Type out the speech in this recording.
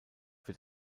wird